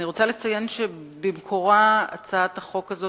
אני רוצה לציין שבמקורה הצעת החוק הזו